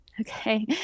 Okay